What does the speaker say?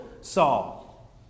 Saul